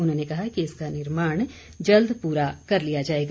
उन्होंने कहा कि इसका निर्माण जल्द पूरा कर लिया जाएगा